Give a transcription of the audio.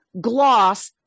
gloss